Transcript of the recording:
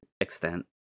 extent